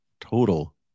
total